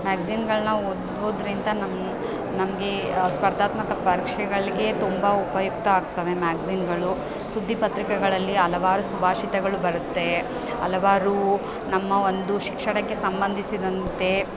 ಮ್ಯಾಗ್ಜಿನ್ಗಳನ್ನ ಓದಿ ಓದ್ರಿಂತ ನಮ್ಮ ನಮಗೆ ಸ್ಪರ್ಧಾತ್ಮಕ ಪರೀಕ್ಷೆಗಳಿಗೆ ತುಂಬಾ ಉಪಯುಕ್ತ ಆಗ್ತವೆ ಮ್ಯಾಗ್ಜಿನ್ಗಳು ಸುದ್ದಿ ಪತ್ರಿಕೆಗಳಲ್ಲಿ ಹಲವಾರು ಸುಭಾಷಿತಗಳು ಬರುತ್ತೆ ಹಲವಾರು ನಮ್ಮ ಒಂದು ಶಿಕ್ಷಣಕ್ಕೆ ಸಂಬಂಧಿಸಿದಂತೆ